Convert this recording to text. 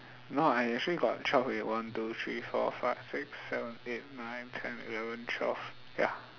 no I actually got twelve already one two three four five six seven eight nine ten eleven twelve ya